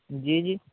جی جی